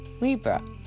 Libra